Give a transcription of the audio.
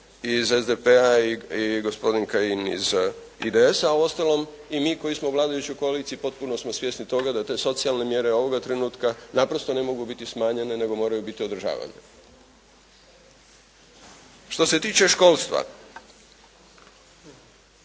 iz SDP-a i gospodin Kajin iz IDS-a a uostalom i mi koji smo u vladajućoj koaliciji potpuno smo svjesni toga da te socijalne mjere ovoga trenutka naprosto ne mogu biti smanjene nego ne mogu biti smanjene nego moraju biti održavanje. Što se tiče školstva